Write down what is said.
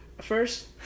first